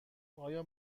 آیا